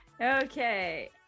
Okay